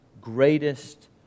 Greatest